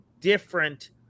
different